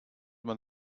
man